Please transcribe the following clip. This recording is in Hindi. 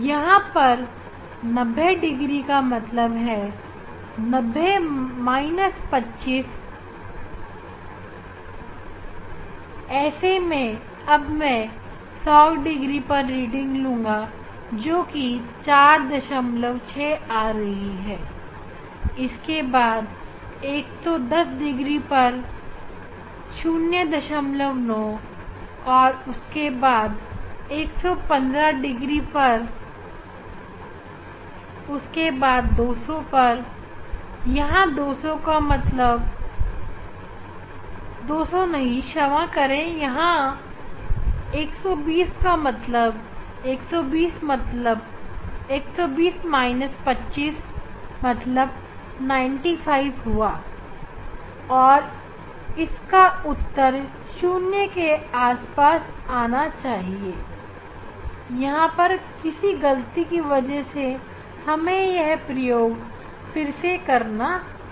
यहां पर 90 डिग्री का मतलब है 90 25 ऐसे ही अब मैं 100 डिग्री पर रीडिंग लूँगा जोकि 46 आ रही है इसके बाद 110 पर 09 और उसके बाद 115 पर और उसके बाद 120 है 120 25 हुआ 95 और इसका उत्तर शून्य के आसपास आना चाहिए यहां पर कुछ गलती की वजह से हमें फिर से यह प्रयोग करना होगा